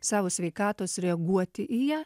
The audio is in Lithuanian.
savo sveikatos reaguoti į ją